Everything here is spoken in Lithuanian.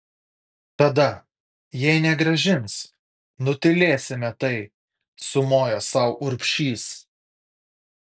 tada jei negrąžins nutylėsime tai sumojo sau urbšys